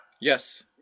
Yes